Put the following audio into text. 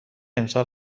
امسال